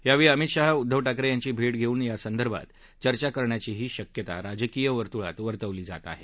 यावेळी अमित शाह उद्वव ठाकरे यांची भेट घेऊन यासंदर्भात चर्चा करण्याचीही शक्यता राजकीय वर्तुळात वर्तवली जात आहे